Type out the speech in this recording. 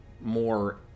more